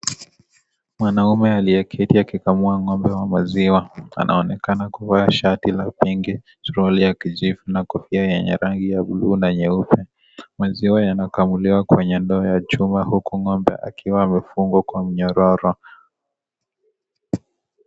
Mwanaume aliyeketi akikamua ngombe wa maziwa anaonekana kuvaa shati la pinki ,suruali ya kijivu na kofia yenye rangi ya bluu na nyeupe . Maziwa yanakamuliwa kwenye ndoo ya chuma huku ngombe akiwa amefungwa kwa mnyororo.